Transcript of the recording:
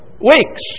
weeks